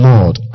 Lord